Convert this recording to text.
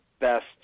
best